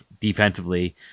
defensively